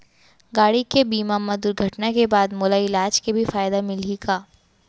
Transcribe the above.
गाड़ी के बीमा मा दुर्घटना के बाद मोला इलाज के भी फायदा मिलही का?